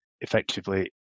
effectively